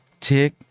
tick